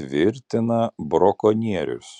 tvirtina brakonierius